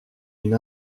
une